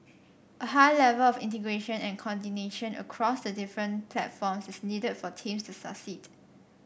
a high level of integration and coordination across the different platforms is needed for teams to succeed